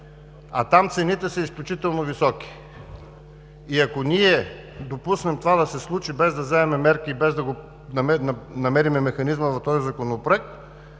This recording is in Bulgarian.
а там цените са изключително високи. И ако ние допуснем това да се случи, без да вземем мерки и без да намерим механизма за този законопроект,